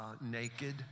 naked